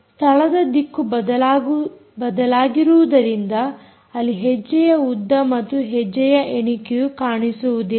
ಸ್ಥಳದ ದಿಕ್ಕು ಬದಲಾಗಿರುವುದರಿಂದ ಅಲ್ಲಿ ಹೆಜ್ಜೆಯ ಉದ್ದ ಮತ್ತು ಹೆಜ್ಜೆಯ ಎಣಿಕೆಯು ಕಾಣಿಸುವುದಿಲ್ಲ